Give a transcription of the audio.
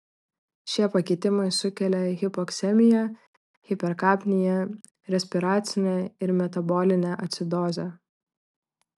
šie pakitimai sukelia hipoksemiją hiperkapniją respiracinę ir metabolinę acidozę